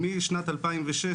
משנת 2006,